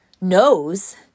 knows